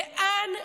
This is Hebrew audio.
לאן הגענו?